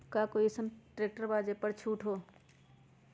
का कोइ अईसन ट्रैक्टर बा जे पर छूट हो?